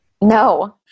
No